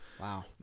Wow